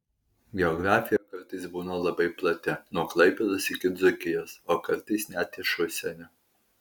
geografija kartais būna labai plati nuo klaipėdos iki dzūkijos o kartais net iš užsienio